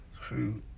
True